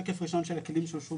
שקף ראשון של הכלים שאושרו